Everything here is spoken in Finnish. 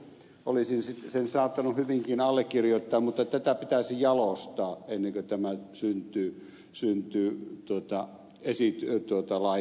olisin sen saattanut hyvinkin allekirjoittaa mutta tätä pitäisi jalostaa ennen kuin tämä syntyy esilaiksi